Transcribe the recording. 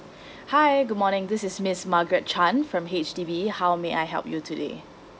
hi good morning this is miss margaret chan from H_D_B how may I help you today